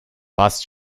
passt